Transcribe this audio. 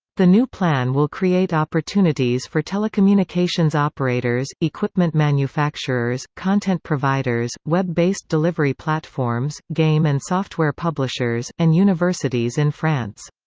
the new plan will create opportunities for telecommunications operators, equipment manufacturers, content providers, web-based delivery platforms, game and software publishers, and universities in france.